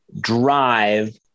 drive